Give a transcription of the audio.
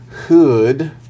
hood